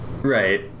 right